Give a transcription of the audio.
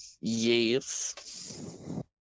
Yes